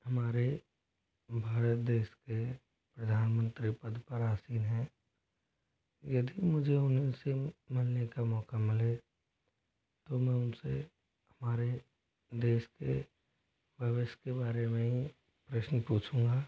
हमारे भारत देश के प्रधानमंत्री पद पर आसीन हैं यदि मुझे उनसे मिलने का मौका मिले तो मैं उनसे हमारे देश के भविष्य के बारे में ही प्रश्न पूछूंगा